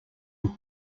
were